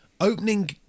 opening